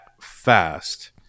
fast